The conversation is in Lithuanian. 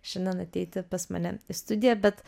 šiandien ateiti pas mane į studiją bet